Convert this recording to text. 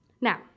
Now